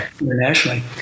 internationally